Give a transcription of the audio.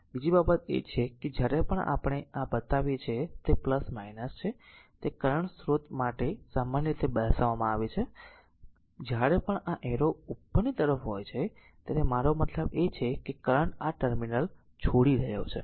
અને બીજી બાબત એ છે કે જ્યારે પણ આપણે આ બતાવીએ છીએ તે છે તે કરંટ સ્રોત માટે સમાન રીતે દર્શાવવામાં આવે છે જ્યારે પણ આ એરો ઉપરની તરફ હોય છે ત્યારે મારો મતલબ છે કે કરંટ આ ટર્મિનલ છોડી રહ્યો છે